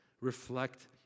reflect